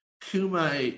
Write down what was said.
kuma